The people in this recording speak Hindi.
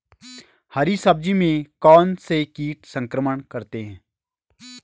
हरी सब्जी में कौन कौन से कीट संक्रमण करते हैं?